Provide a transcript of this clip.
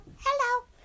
Hello